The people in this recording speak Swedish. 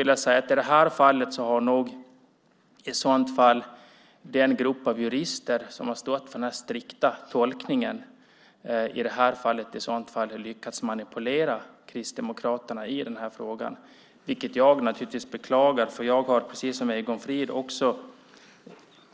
I det här fallet har nog i så fall den grupp av jurister som har stått för den strikta tolkningen lyckats manipulera Kristdemokraterna, vilket jag naturligtvis beklagar, för jag har precis som Egon Frid i